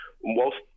Whilst